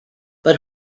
but